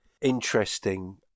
interesting